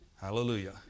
Hallelujah